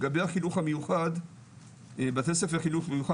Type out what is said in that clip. לגבי החינוך המיוחד בתי ספר לחינוך מיוחד